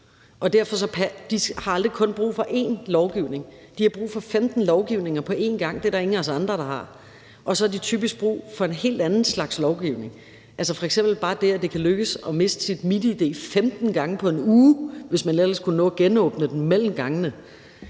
De har aldrig kun brug for én lovgivning, de har brug for 15 lovgivninger på en gang. Det er der ingen af os andre der har. Og så har de typisk brug for en helt anden slags lovgivning. F.eks. bare det, at det kan lykkes at miste sit MitID 15 gange på en uge, hvis man ellers kunne nå at genåbne det mellem gangene,